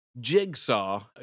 jigsaw